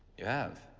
you have?